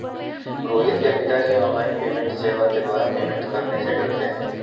रोहित के पिताजी online payment सेवा के द्वारा पेमेंट करने से डरते हैं